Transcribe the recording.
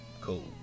cool